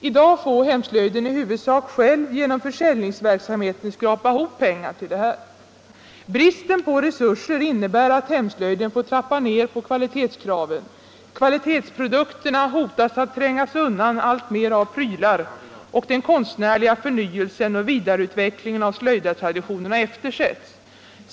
I dag får hemslöjden i huvudsak själv genom försäljningsverksamheten skrapa ihop pengar till detta. Bristen på resurser innebär att hemslöjden får trappa ner kvalitetskraven, kvalitetsprodukterna hotas alltmer att trängas undan av prylar, och den konstnärliga förnyelsen och vidareutvecklingen av slöjdartraditionerna eftersätts.